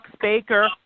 Baker